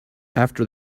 after